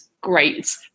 great